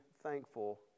thankful